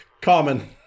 common